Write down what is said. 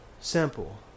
Simple